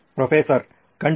professor ಖಂಡಿತ